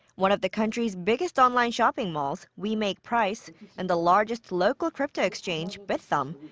one of the country's biggest online shopping malls, wemakeprice, and the largest local crypto exchange, bithumb,